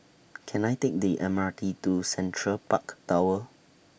Can I Take The M R T to Central Park Tower